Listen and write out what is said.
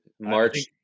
March